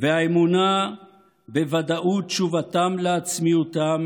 והאמונה בוודאות תשובתם לעצמיותם